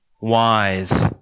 wise